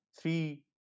three